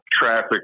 traffic